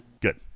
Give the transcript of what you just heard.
good